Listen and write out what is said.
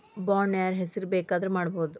Bond ನ ಯಾರ್ಹೆಸ್ರಿಗ್ ಬೆಕಾದ್ರುಮಾಡ್ಬೊದು?